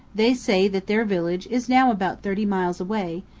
they say that their village is now about thirty miles away,